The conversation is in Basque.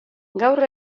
gaur